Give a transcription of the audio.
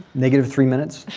negative three minutes.